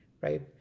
right